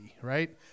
right